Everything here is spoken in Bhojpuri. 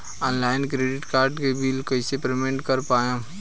ऑनलाइन क्रेडिट कार्ड के बिल कइसे पेमेंट कर पाएम?